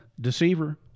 deceiver